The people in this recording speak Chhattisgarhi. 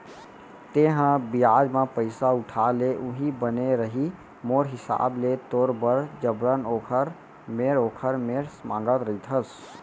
तेंहा बियाज म पइसा उठा ले उहीं बने रइही मोर हिसाब ले तोर बर जबरन ओखर मेर ओखर मेर मांगत रहिथस